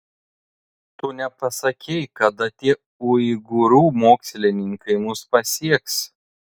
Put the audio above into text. tu nepasakei kada tie uigūrų mokslininkai mus pasieks